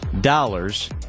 dollars